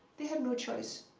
they had no choice.